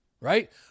right